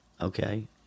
okay